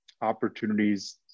opportunities